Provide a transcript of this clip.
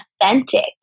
authentic